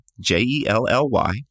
J-E-L-L-Y